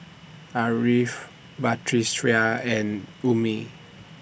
Ariff Batrisya and Ummi